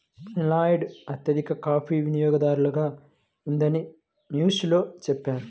Finland అత్యధిక coffee వినియోగదారుగా ఉందని న్యూస్ లో చెప్పారు